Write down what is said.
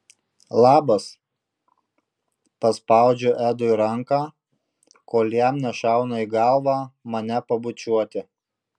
labas paspaudžiu edui ranką kol jam nešauna į galvą mane pabučiuoti